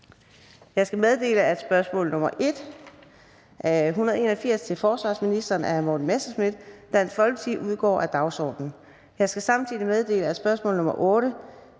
Jeg skal meddele, at spørgsmål nr. 1 (spm. nr. S 181) til forsvarsministeren af Morten Messerschmidt (DF) udgår af dagsordenen. Jeg skal samtidig meddele, at spørgsmål nr.